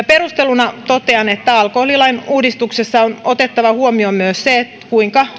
perusteluna totean että alkoholilain uudistuksessa on otettava huomioon myös se kuinka